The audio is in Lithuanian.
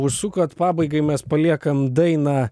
užsukot pabaigai mes paliekam dainą